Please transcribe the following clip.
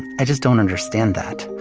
i just don't understand that.